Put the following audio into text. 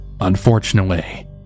Unfortunately